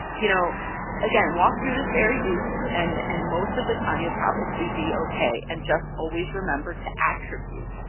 you know again, walk through the fair use. and and most of the time you'll probably be okay, and just always remember to attribute.